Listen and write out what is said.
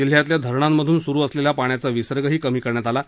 जिल्ह्यातल्या धरणांमधून स्रु असलेला पाण्याचा विसर्गही कमी करण्यात आला आहे